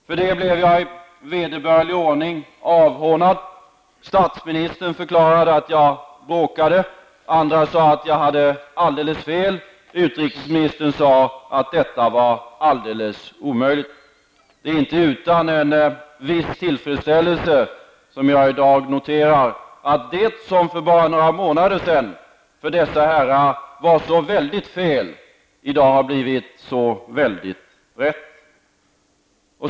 För det blev jag i vederbörlig ordning avhånad. Statsministern förklarade att jag bråkade. Andra sade att jag hade alldeles fel. Utrikesministern sade att detta var alldeles omöjligt. Det är inte utan en viss tillfredsställelse som jag i dag noterar att det som för bara några månader sedan för dessa herrar var så väldigt fel i dag har blivit så väldigt rätt.